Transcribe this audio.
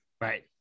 Right